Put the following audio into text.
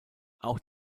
auch